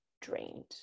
drained